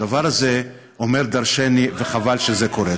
איפה היית, הדבר הזה אומר דורשני, וחבל שזה קורה.